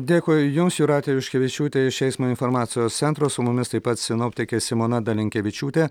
dėkui jums jūratė juškevičiūtė iš eismo informacijos centro su mumis taip pat sinoptikė simona dalinkevičiūtė